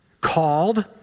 called